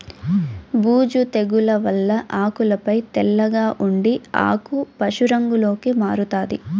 బూజు తెగుల వల్ల ఆకులపై తెల్లగా ఉండి ఆకు పశు రంగులోకి మారుతాది